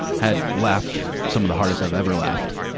had laughed some of the hardest i've ever laughed.